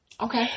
Okay